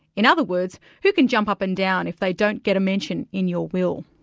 in other words, who can jump up and down if they don't get a mention in your will.